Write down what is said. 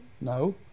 no